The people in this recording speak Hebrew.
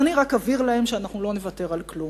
אני רק אבהיר להם שאנחנו לא נוותר על כלום.